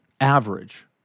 average